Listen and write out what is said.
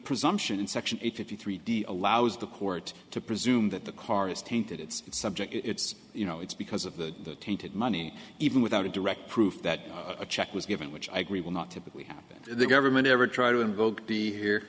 presumption in section eight fifty three d allows the court to presume that the car is tainted it's subject it's you know it's because of the tainted money even without a direct proof that a check was given which i agree will not typically happen the government ever tried to invoke be here